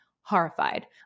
horrified